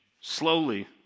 slowly